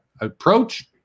approach